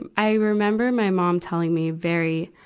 and i remember my mom telling me very,